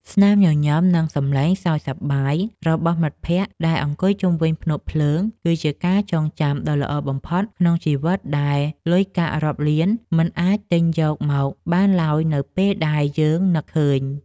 ស្នាមញញឹម និង សំឡេងសើចសប្បាយរបស់មិត្តភក្តិដែលអង្គុយជុំវិញភ្នក់ភ្លើងគឺជាការចងចាំដ៏ល្អបំផុតមួយក្នុងជីវិតដែលលុយកាក់រាប់លានមិនអាចទិញយកមកបានឡើយនៅពេលដែលយើងនឹកឃើញ។